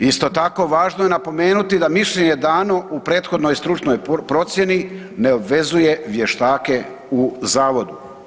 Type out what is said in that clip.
Isto tako, važno je napomenuti da mišljenje dano u prethodnoj stručnoj procjeni ne obvezuje vještake u Zavodu.